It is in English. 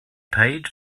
paid